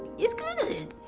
it's good.